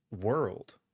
world